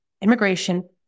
immigration